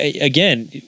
Again